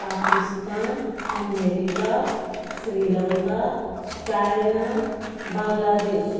Pakistan America Sri Lanka China Bangladesh